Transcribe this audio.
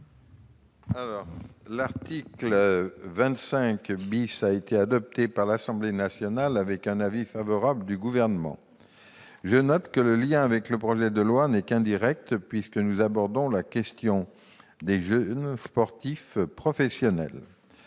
L'article 25 A a été adopté par l'Assemblée nationale avec l'avis favorable du Gouvernement. Je note toutefois que son lien avec le projet de loi n'est qu'indirect, puisque nous abordons la question des jeunes sportifs professionnels,